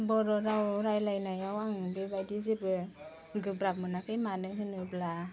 बर' राव रायलायनायाव आं बेबायदि जेबो गोब्राब मोनाखै मानो होनोब्ला